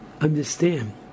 Understand